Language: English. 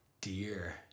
dear